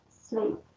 sleep